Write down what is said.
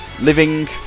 Living